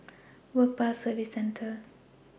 Work Pass Services Centre